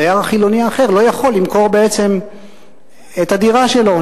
הדייר החילוני האחר לא יכול למכור בעצם את הדירה שלו.